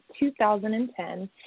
2010